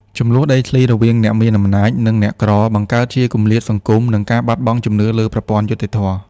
ជម្លោះដីធ្លីរវាងអ្នកមានអំណាច និងអ្នកក្រ បង្កើតជាគម្លាតសង្គម និងការបាត់បង់ជំនឿលើប្រព័ន្ធយុត្តិធម៌។